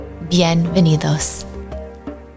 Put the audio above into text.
Bienvenidos